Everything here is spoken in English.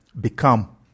become